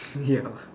ya